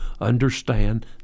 understand